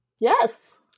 yes